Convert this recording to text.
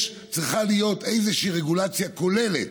צריכה להיות איזושהי רגולציה כוללת,